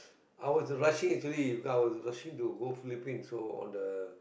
I was rushing actually because I was rushing to go Philippine so on the